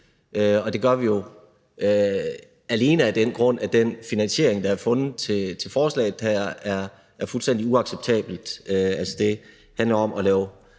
og det gør vi ikke alene af den grund, at den finansiering, der er fundet til forslaget her, er fuldstændig uacceptabel. Altså, det handler om at lave